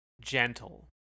gentle